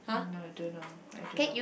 no don't know I don't know